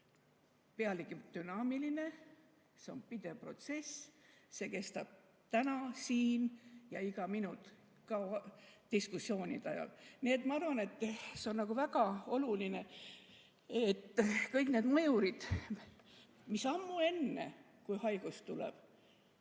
pealegi dünaamiline, see on pidev protsess, see kestab siin täna ja iga minut, ka diskussioonide ajal. Nii et ma arvan, et see on väga oluline. Kõik need mõjurid on ammu enne, kui haigus tuleb,